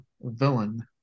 villain